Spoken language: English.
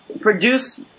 produce